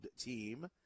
team